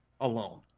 alone